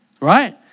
right